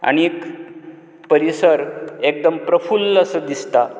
आनीक परिसर एकदम प्रफुल्ल असो दिसता